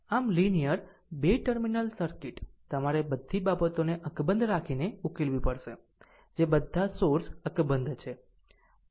આમ linear 2 terminal circuit તમારે આ બધી બાબતોને અકબંધ રાખીને ઉકેલવી પડશે જે બધા સોર્સ અકબંધ છે